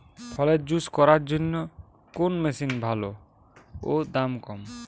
ফলের জুস করার জন্য কোন মেশিন ভালো ও দাম কম?